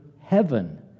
heaven